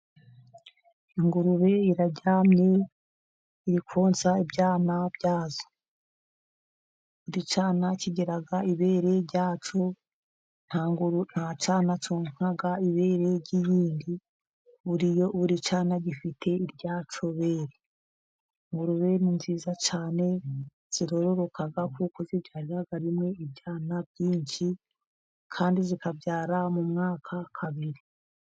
Ingurube iraryamye iri konsa ibyana byayo buricyana kigira ibere ryacyo nta cyana cyonka ibere ry'iyindi buri cyana gifite iryacyo bere. Ingurube ni nziza cyane ziroroka kuko zibyarira rimwe ibyana byinshi kandi zikabyara mu mwaka kabiri.